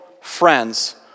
friends